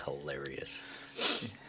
hilarious